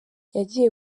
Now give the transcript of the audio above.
yagiye